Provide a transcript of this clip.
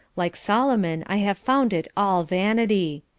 like solomon i have found it all vanity.